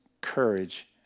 courage